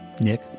Nick